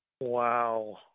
Wow